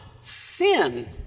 sin